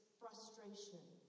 frustration